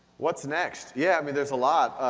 what's next? yeah i mean, there's a lot.